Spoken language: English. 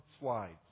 slides